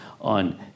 on-